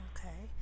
Okay